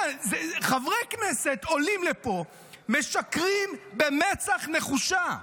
חברי כנסת עולים לפה, משקרים במצח נחושה,